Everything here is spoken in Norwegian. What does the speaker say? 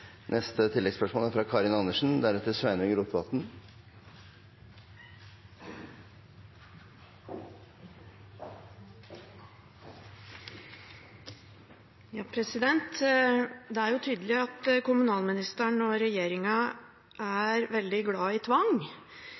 Karin Andersen – til oppfølgingsspørsmål. Det er tydelig at kommunalministeren og regjeringen er veldig glad i tvang